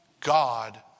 God